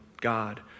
God